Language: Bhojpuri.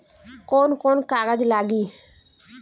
कौन कौन कागज लागी?